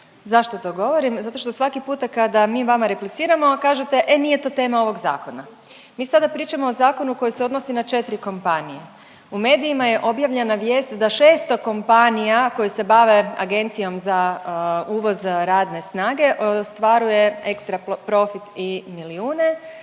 Zašto to govorim? Zato što svaki puta kada mi vama repliciramo kažete e nije to tema ovog zakona. Mi sada pričamo o zakonu koji se odnosi na četri kompanije, u medijima je objavljena vijest da 600 kompanija koje se bave agencijom za uvoz radne snage ostvaruje ekstra profit i milijune,